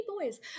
boys